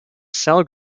cell